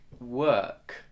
work